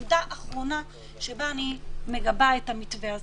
ונקודה אחרונה שבה אני מגבה את המתווה הזה,